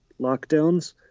lockdowns